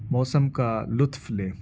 موسم کا لطف لیں